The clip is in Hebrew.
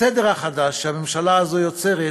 הסדר החדש שהממשלה הזאת יוצרת